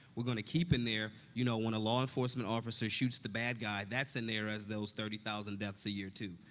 we're gonna keep in there, you know, when a law-enforcement officer shoots the bad guy. that's in there as those thirty thousand deaths a year, too.